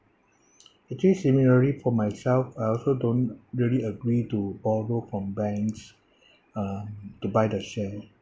actually similarly for myself I also don't really agree to borrow from banks uh to buy the share